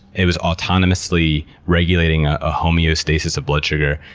it was autonomously regulating a ah homeostasis of blood sugar.